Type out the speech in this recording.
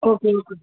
okay okay